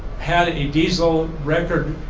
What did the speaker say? had a diesel record